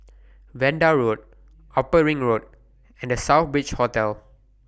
Vanda Road Upper Ring Road and The Southbridge Hotel